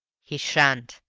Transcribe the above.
he sha'n't.